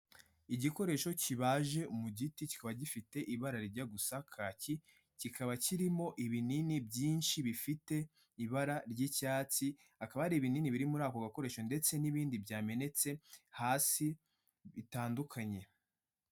Igikoresho kibaje mu giti, kikaba gifite ibara rijya gusa kaki, kikaba kirimo ibinini byinshi bifite ibara ry'icyatsi, hakaba hari ibinini biri muri ako gakoresho ndetse n'ibindi byamenetse hasi bitandukanye.